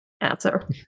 answer